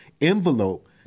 envelope